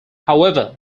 however